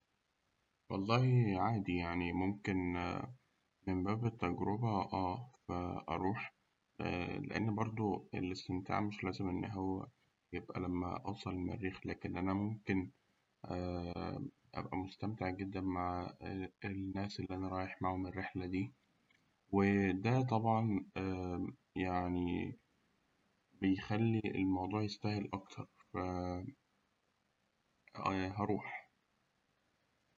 والله عادي ممكن من باب التجربة آه أروح. لأن برده الاستمتاع مش لازم إن هو يبقى لما أوصل المريخ لكن أنا ممكن أبقى مستمتع جداً مع الناس اللي أنا رايح معاهم الرحلة دي، وده طبعاً يعني بيخلي الموضوع يستاهل أكتر. ف هأروح.